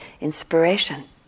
inspiration